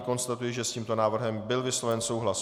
Konstatuji, že s tímto návrhem byl vysloven souhlas.